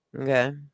Okay